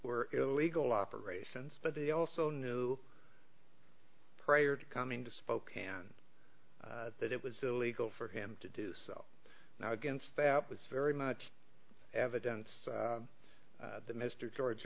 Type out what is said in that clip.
were illegal operations but they also knew prior to coming to spokane that it was illegal for him to do so now against that was very much evidence that mr george